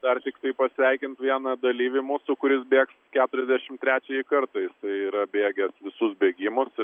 dar tiktai pasveikint vieną dalyvį mūsų kuris bėgs keturiasdešim trečiąjį kartą jisai yra bėgęs visus bėgimus